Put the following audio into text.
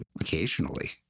occasionally